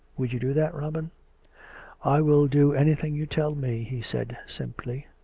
would you do that, robin i will do anything you tell me, he said simply.